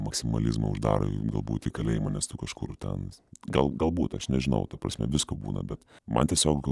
maksimalizmo uždaro jum galbūt į kalėjimą nes tu kažkur ten gal galbūt aš nežinau ta prasme visko būna bet man tiesiog